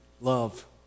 love